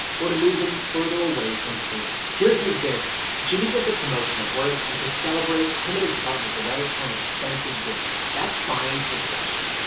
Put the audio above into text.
or to move them further away from pain. here's an example, jimmy gets a promotion at work and to celebrate him and his partner go out for an expensive dinner. that's buying for pleasure.